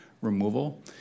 removal